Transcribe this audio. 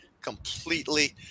completely